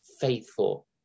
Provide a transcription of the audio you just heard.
faithful